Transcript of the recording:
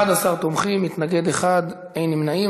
11 תומכים, מתנגד אחד, אין נמנעים.